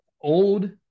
old